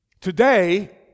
Today